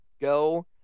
go